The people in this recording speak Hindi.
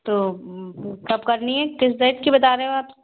तो कब करनी है किस डेट की बता रहे हो आप